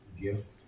gift